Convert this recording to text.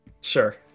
sure